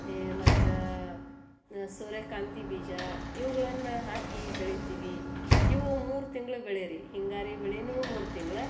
ಏ ಮತ್ತು ಸೂರ್ಯಕಾಂತಿ ಬೀಜ ಇವ್ಗಳನ್ನ ಹಾಕಿ ಬೆಳಿತೀವಿ ಇವು ಮೂರು ತಿಂಗ್ಳ ಬೆಳೆ ರೀ ಹಿಂಗಾರಿ ಬೆಳೆನೂ ಮೂರು ತಿಂಗ್ಳು